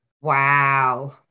Wow